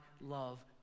love